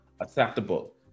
Acceptable